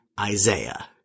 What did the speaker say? Isaiah